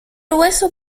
hueso